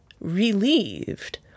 relieved